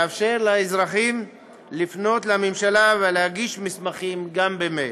לאפשר לאזרחים לפנות לממשלה ולהגיש מסמכים גם במייל.